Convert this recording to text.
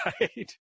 right